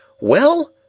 Well